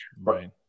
Right